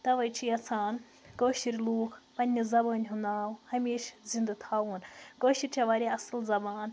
تَؤے چھِ یَژھان کٲشِرۍ لوٗکھ پننہِ زَبٲنہِ ہُنٛد ناو ہمیشہِ زِندٕ تھاوُن کٲشُر چھِ واریاہ اصٕل زبان